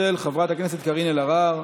של חברת הכנסת קארין אלהרר.